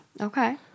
Okay